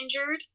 injured